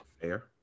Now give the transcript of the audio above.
Fair